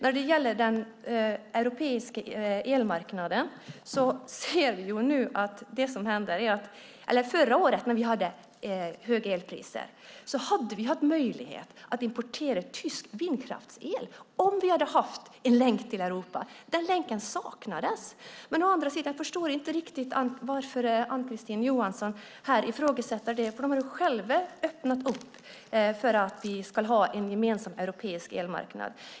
När det gäller den europeiska elmarknaden hade vi förra året när vi hade höga elpriser möjlighet att importera tysk vindkraftsel om vi hade haft en länk till Europa. Den länken saknades, men å andra sidan förstår jag inte riktigt varför Ann-Kristine Johansson ifrågasätter det, för de har ju själva öppnat upp för att vi ska ha en gemensam europeisk elmarknad.